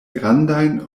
grandajn